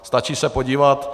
Stačí se podívat.